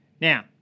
Now